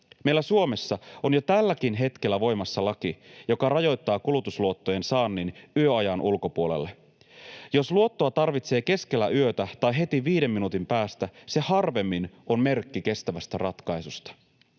Meillä Suomessa on jo tälläkin hetkellä voimassa laki, joka rajoittaa kulutusluottojen saannin yöajan ulkopuolelle. Jos luottoa tarvitsee keskellä yötä tai heti viiden minuutin päästä, se harvemmin on merkki kestävästä ratkaisusta.